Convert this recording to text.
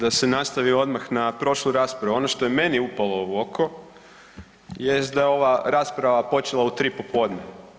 Da se nastavim odmah na prošlu raspravu, ono što je meni upalo u oko, jest da je ova rasprava počela u tri popodne.